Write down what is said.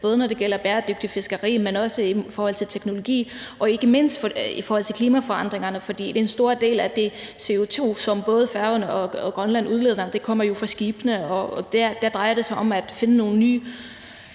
altså når det gælder bæredygtigt fiskeri, men også når det gælder teknologi og ikke mindst i forhold til klimaforandringerne. For en stor del af den CO2, som både Færøerne og Grønland udleder, kommer jo fra skibene, og der drejer det sig om at finde nogle nye